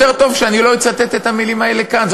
יותר טוב שאני לא אצטט את המילים האלה כאן,